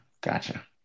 Gotcha